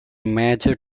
major